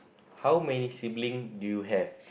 how many sibling do you have